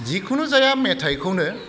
जिखुनु जाया मेथाइखौनो